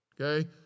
okay